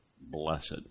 blessed